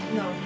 no